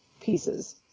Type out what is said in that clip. pieces